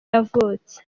yavutse